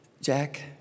Jack